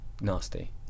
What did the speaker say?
nasty